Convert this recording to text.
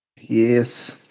Yes